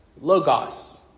logos